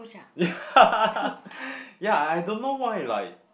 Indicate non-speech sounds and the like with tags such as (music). (laughs) yeah yeah I don't know why like